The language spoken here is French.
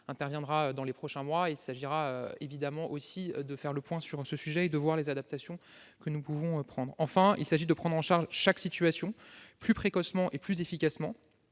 interviendra dans les prochains mois ; il s'agira bien évidemment de faire le point sur ce sujet et de voir les adaptations possibles. Quatrièmement, il s'agit de prendre en charge chaque situation, plus précocement et plus efficacement,